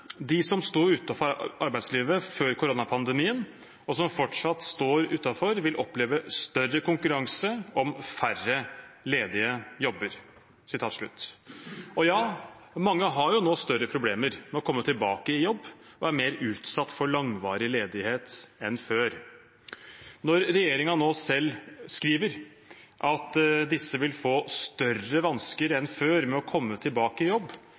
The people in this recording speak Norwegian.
som stod utenfor arbeidslivet før koronapandemien, og som fortsatt står utenfor, vil oppleve større konkurranse om færre ledige jobber.» Ja, mange har nå større problemer med å komme tilbake i jobb og er mer utsatt for langvarig ledighet enn før. Når regjeringen nå selv skriver at disse vil få større vansker enn før med å komme tilbake i jobb,